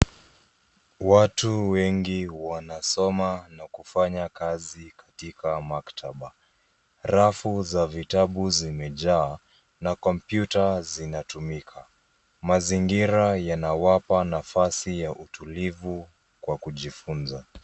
Watu wengi wanasoma na kufanya kazi katika maktaba. Rafu za vitabu zimejaa, na kompyuta zinatumika. Mazingira yanawapa nafasi ya utulivu kwa kujifunza.